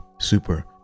Super